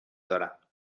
دارم